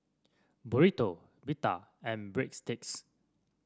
Burrito Pita and Breadsticks